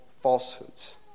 falsehoods